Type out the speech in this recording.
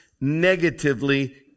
negatively